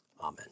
Amen